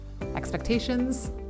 expectations